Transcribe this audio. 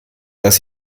dass